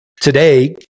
today